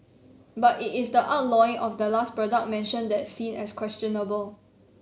but it is the outlawing of that last product mentioned that's seen as questionable